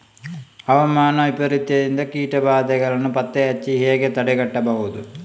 ಹವಾಮಾನ ವೈಪರೀತ್ಯದಿಂದಾಗಿ ಕೀಟ ಬಾಧೆಯನ್ನು ಪತ್ತೆ ಹಚ್ಚಿ ಹೇಗೆ ತಡೆಗಟ್ಟಬಹುದು?